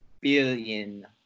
billion